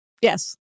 Yes